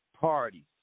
parties